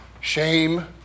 shame